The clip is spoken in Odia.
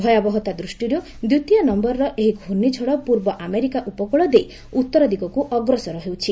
ଭୟାବହତା ଦୃଷ୍ଟିରୁ ଦ୍ୱିତୀୟ ନମ୍ଘରର ଏହି ଘର୍ଷ୍ଣିଝଡ଼ ପୂର୍ବ ଆମେରିକା ଉପକୃଳ ଦେଇ ଉତ୍ତର ଦିଗକୁ ଅଗ୍ରସର ହେଉଛି